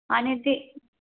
आणि ते